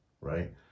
right